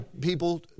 people